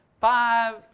Five